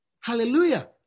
Hallelujah